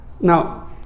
Now